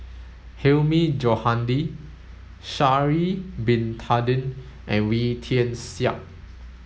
Hilmi Johandi Sha'ari bin Tadin and Wee Tian Siak